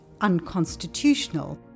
unconstitutional